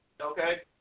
Okay